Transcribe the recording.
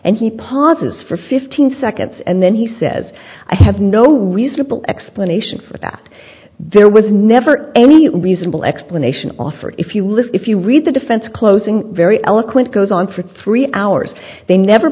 and he pauses for fifteen seconds and then he says i have no reasonable explanation for that there was never any reasonable explanation offered if you live if you read the defense closing very eloquent goes on for three hours they never